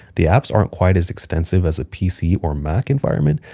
the apps aren't quite as extensive as a pc or mac environment,